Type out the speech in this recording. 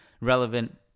relevant